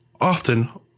often